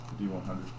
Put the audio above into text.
D100